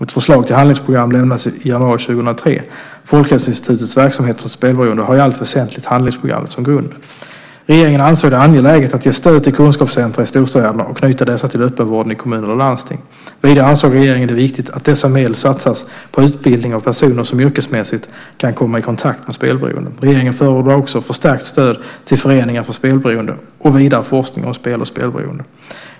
Ett förslag till handlingsprogram lämnades i januari 2003. Folkhälsoinstitutets verksamhet mot spelberoende har i allt väsentligt handlingsprogrammet som grund. Regeringen ansåg det angeläget att ge stöd till kunskapscentrum i storstäderna och knyta dessa till öppenvården i kommuner eller landsting. Vidare ansåg regeringen det viktigt att medel satsas på utbildning av personer som yrkesmässigt kan komma i kontakt med spelberoende. Regeringen förordade också förstärkt stöd till föreningar för spelberoende och vidare forskning om spel och spelberoende.